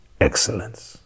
excellence